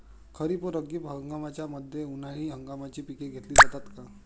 खरीप व रब्बी हंगामाच्या मध्ये उन्हाळी हंगामाची पिके घेतली जातात का?